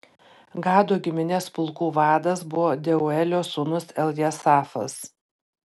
gado giminės pulkų vadas buvo deuelio sūnus eljasafas